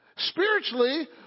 Spiritually